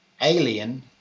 alien